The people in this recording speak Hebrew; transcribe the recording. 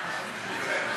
הגליל (תיקון,